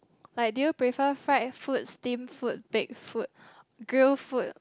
like did you prefer fried food steam food baked food grill food